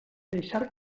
deixar